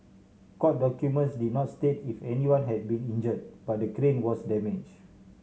court documents did not state if anyone had been injured but the crane was damaged